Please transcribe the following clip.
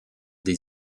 des